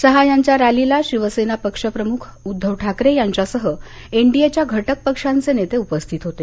शाह यांच्या रॅलीला शिवसेना पक्ष प्रमुख उद्धव ठाकरे यांच्यासह एनडीएच्या घटक पक्षांचे नेते उपस्थित होते